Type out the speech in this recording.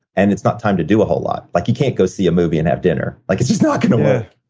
and it's not time to do a whole lot. like you can't go see a movie and have dinner, like it's just not going to work